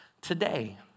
today